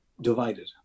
Divided